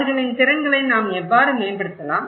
அவர்களின் திறன்களை நாம் எவ்வாறு மேம்படுத்தலாம்